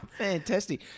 Fantastic